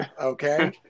Okay